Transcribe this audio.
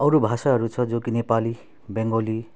अरू भाषाहरू छ जो कि नेपाली बङ्गाली